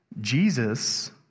Jesus